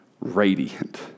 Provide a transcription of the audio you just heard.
radiant